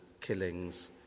killings